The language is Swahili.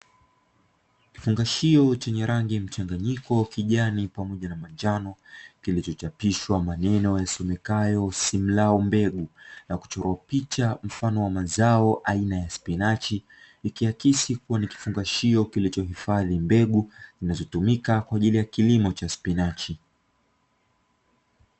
Kifungashio chenye rangi ya mchanganyiko kijani pamoja na manjano, kilichochapishwa maneno yasomekayo "Simlaw mbeg"u, na kutoa picha mfano wa mazao aina ya spinachi, ikihakikisha kuwa ni kifungashio kilichohifadhi mbegu zinazotumika kwa ajili ya kilimo cha spinachi.